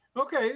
Okay